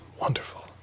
Wonderful